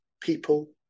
people